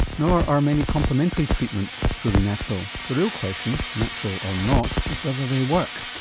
nor are many complementary treatments truly natural. the real question, natural or not, is whether they work.